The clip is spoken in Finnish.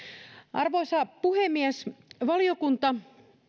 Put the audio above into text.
arvoisa puhemies valiokunta